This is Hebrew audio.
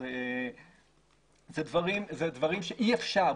אלה דברים שאי אפשר.